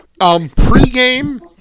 pregame